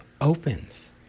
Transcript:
opens